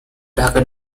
dhaka